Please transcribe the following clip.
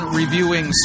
reviewing